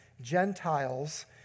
Gentiles